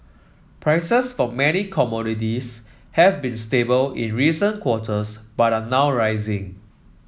prices for many commodities have been stable in recent quarters but are now rising